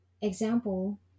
Example